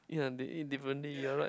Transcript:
ya they eat differently you're right